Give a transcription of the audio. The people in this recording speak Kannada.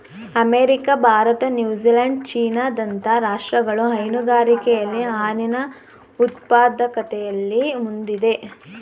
ಅಮೆರಿಕ, ಭಾರತ, ನ್ಯೂಜಿಲ್ಯಾಂಡ್, ಚೀನಾ ದಂತ ರಾಷ್ಟ್ರಗಳು ಹೈನುಗಾರಿಕೆಯಲ್ಲಿ ಹಾಲಿನ ಉತ್ಪಾದಕತೆಯಲ್ಲಿ ಮುಂದಿದೆ